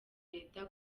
leta